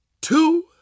two